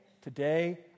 today